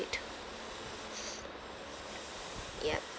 yup